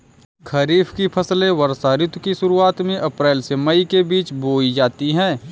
खरीफ की फसलें वर्षा ऋतु की शुरुआत में अप्रैल से मई के बीच बोई जाती हैं